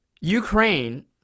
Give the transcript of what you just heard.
Ukraine